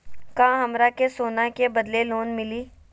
का हमरा के सोना के बदले लोन मिलि?